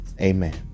Amen